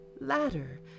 Ladder